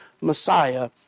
Messiah